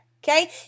Okay